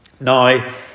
Now